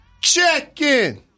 check-in